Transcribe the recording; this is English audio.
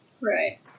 Right